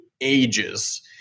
ages